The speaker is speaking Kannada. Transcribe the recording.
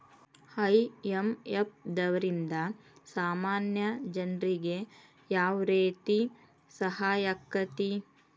ಐ.ಎಂ.ಎಫ್ ದವ್ರಿಂದಾ ಸಾಮಾನ್ಯ ಜನ್ರಿಗೆ ಯಾವ್ರೇತಿ ಸಹಾಯಾಕ್ಕತಿ?